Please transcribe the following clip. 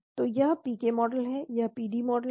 तो यह PK model है यह पीडी मॉडल है